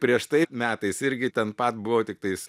prieš tai metais irgi ten pat buvau tiktais